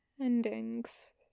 Endings